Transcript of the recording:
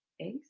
Eggs